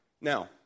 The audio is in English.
Now